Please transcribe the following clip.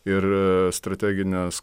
ir strategines